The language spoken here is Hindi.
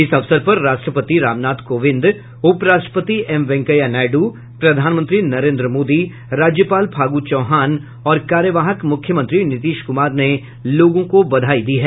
इस अवसर पर राष्ट्रपति रामनाथ कोविंद उपराष्ट्रपति एम वेंकैया नायडू प्रधानमंत्री नरेंद्र मोदी राज्यपाल फागू चौहान और कार्यवाहक मुख्यमंत्री नीतीश कुमार ने लोगों को बधाई दी है